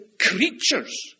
creatures